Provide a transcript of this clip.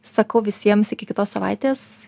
sakau visiems iki kitos savaitės